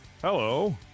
hello